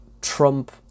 Trump